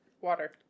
water